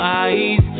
eyes